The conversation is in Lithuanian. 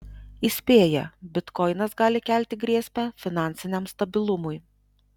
įspėja bitkoinas gali kelti grėsmę finansiniam stabilumui